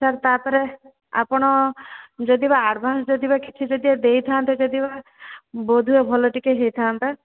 sir ତାପରେ ଆପଣ ଯଦିବା ଆଡ଼ଭାନ୍ସ ଯଦିବା କିଛି ଓ ଦେଇଥାନ୍ତେ ଯଦିବା ବୋଧ ହୁଏ ଭଲ ଟିକେ ହୋଇଥାନ୍ତା